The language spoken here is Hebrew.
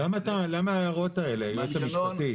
למה ההערות האלה, הייעוץ המשפטי?